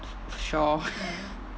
straw